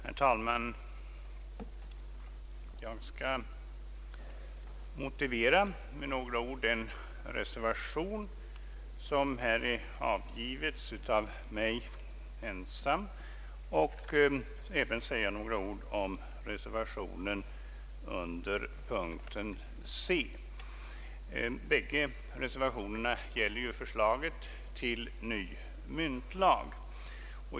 Herr talman! Jag skall med några ord motivera reservation 1, som har avgivits av mig ensam, och även säga några ord om reservation 2 beträffande utskottets hemställan under C. Båda reservationerna gäller förslaget till ny myntlag.